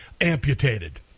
amputated